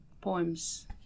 poems